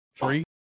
Three